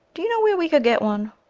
do you know where we could get one?